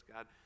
God